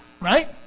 Right